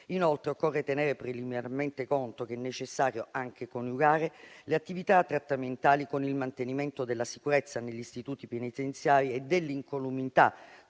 Inoltre, occorre tenere preliminarmente conto che è necessario anche coniugare le attività trattamentali con il mantenimento della sicurezza negli istituti penitenziari e dell'incolumità